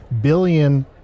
billion